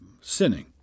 sinning